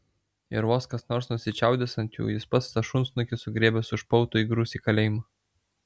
ir vos kas nors nusičiaudės ant jų jis pats tą šunsnukį sugriebęs už pautų įgrūs į kalėjimą